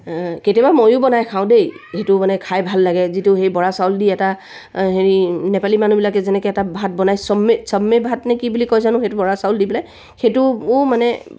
কেতিয়াবা ময়ো বনায় খাওঁ দেই যিটো মানে খাই ভাল লাগে যিটো সেই বৰা চাউল দি এটা হেৰি নেপালী মানুহবিলাকে যেনেকৈ এটা ভাত বনায় চম্মে চম্মে ভাত নে কি বুলি কয় জানো সেইটো বৰা চাউল দি পেলাই সেইটোও মানে